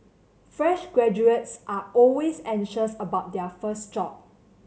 fresh graduates are always anxious about their first job